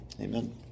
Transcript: Amen